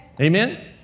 amen